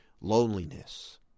loneliness